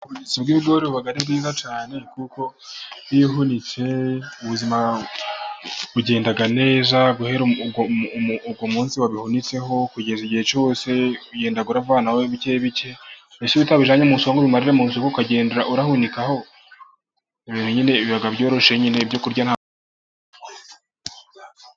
Ubuhunikiro bw'ibigori buba ari bwiza cyane, kuko iyo uhunitse ubuzima bugenda neza, guhera uwo munsi wabihunitseho kugeza igihe cyose ugenda uravanaho bike bike, mbese iyo utabijyanye mu isoko ngo ubimarire mu isoko, ukagenda urahunikaho biba byoroshye nyine ibyo kurya....